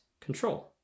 control